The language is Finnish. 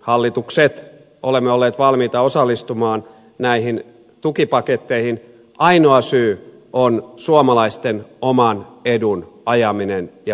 hallitukset olemme olleet valmiita osallistumaan näihin tukipaketteihin on suomalaisten oman edun ajaminen ja varjeleminen